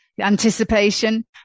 anticipation